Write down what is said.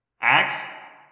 Axe